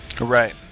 Right